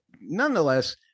Nonetheless